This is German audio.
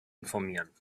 informieren